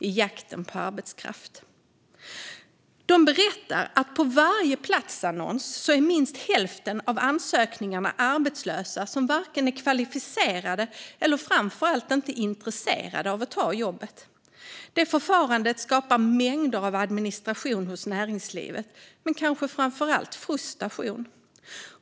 De berättar att minst hälften av ansökningarna på varje platsannons kommer från arbetslösa som inte är kvalificerade och framför allt inte intresserade av att ta jobbet. Det förfarandet skapar mängder av administration men kanske framför allt frustration hos näringslivet.